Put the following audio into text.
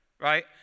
right